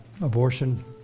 abortion